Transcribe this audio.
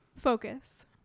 focus